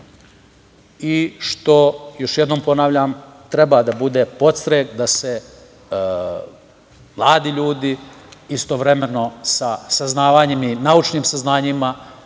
i što, još jednom ponavljam, treba da bude podstrek da se mladi ljudi istovremeno sa naučnim saznanjima odgajaju